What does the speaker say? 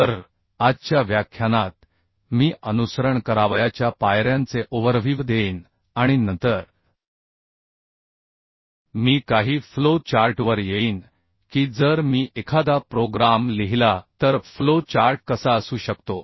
तर आजच्या व्याख्यानात मी अनुसरण करावयाच्या पायऱ्यांचे ओव्हरव्हीव्ह देईन आणि नंतर मी काही फ्लो चार्टवर येईन की जर मी एखादा प्रोग्राम लिहिला तर फ्लो चार्ट कसा असू शकतो